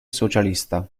socialista